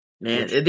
Man